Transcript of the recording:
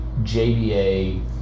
JBA